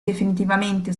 definitivamente